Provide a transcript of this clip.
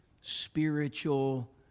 spiritual